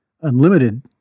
unlimited